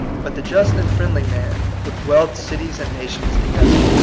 but the just and friendly man would weld cities and nations together.